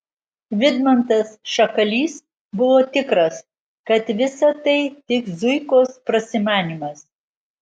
vidmantas šakalys buvo tikras kad visa tai tik zuikos prasimanymas